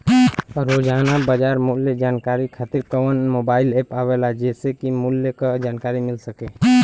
रोजाना बाजार मूल्य जानकारी खातीर कवन मोबाइल ऐप आवेला जेसे के मूल्य क जानकारी मिल सके?